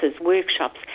workshops